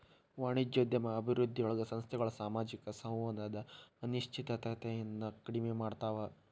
ವಾಣಿಜ್ಯೋದ್ಯಮ ಅಭಿವೃದ್ಧಿಯೊಳಗ ಸಂಸ್ಥೆಗಳ ಸಾಮಾಜಿಕ ಸಂವಹನದ ಅನಿಶ್ಚಿತತೆಯನ್ನ ಕಡಿಮೆ ಮಾಡ್ತವಾ